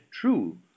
true